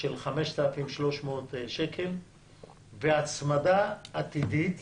של 5,300 שקל בהצמדה עתידית